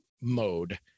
mode